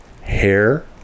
hair